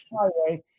highway